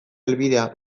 helbidea